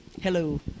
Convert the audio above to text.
Hello